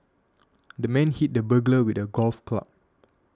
the man hit the burglar with a golf club